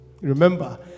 Remember